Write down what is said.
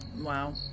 wow